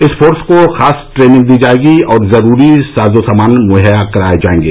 इस फोर्स को खास ट्रेनिंग दी जायेगी और जरूरी साजो सामान मुहैया कराये जायेंगे